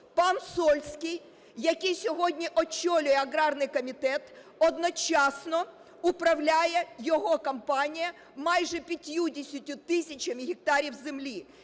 Пан Сольський, який сьогодні очолює аграрний комітет, одночасно управляє, його компанія, майже 50 тисячами гектарів землі,